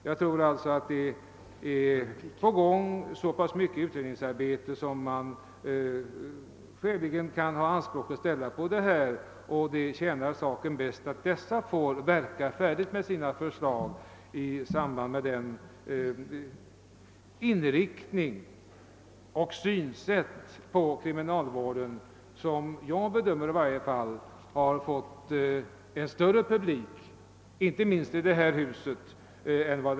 Jag tror med andra ord att vi har så pass mycket utredningsarbete på gång som vi skäligen kan göra anspråk på, och det tjänar saken bäst att de utredningarna får arbeta fram sina förslag enligt de linjer och det synsätt på kriminalvården som enligt min mening nu omfattas av långt flera än tidigare, inte minst i detta hus.